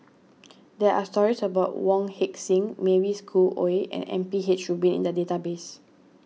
there are stories about Wong Heck Sing Mavis Khoo Oei and M P H Rubin in the database